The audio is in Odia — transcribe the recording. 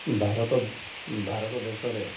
ଭାରତ ଭାରତ ଦେଶରେ